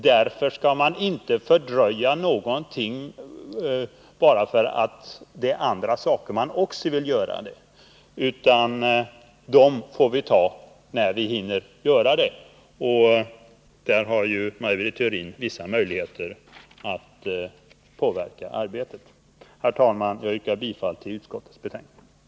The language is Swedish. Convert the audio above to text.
Därför skall Nr 33 man inte fördröja någonting bara för att det är andra saker som man också vill Onsdagen den göra, utan dessa saker får vi ta ställning till när vi hinner. Här har ju Maj Britt 21 november 1979 Theorin vissa möjligheter att påverka arbetet. Herr talman! Jag yrkar bifall till utskottets hemställan. Miljöskyddsutred